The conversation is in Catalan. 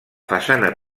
façana